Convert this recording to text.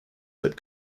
that